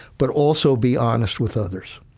but also be honest with others.